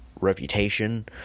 reputation